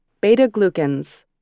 Beta-glucans